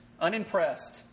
unimpressed